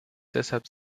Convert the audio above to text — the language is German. deshalb